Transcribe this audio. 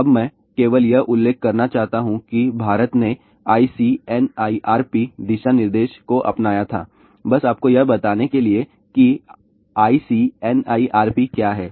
अब मैं केवल यह उल्लेख करना चाहता हूं कि भारत ने ICNIRP दिशानिर्देश को अपनाया था बस आपको यह बताने के लिए कि ICNIRP क्या है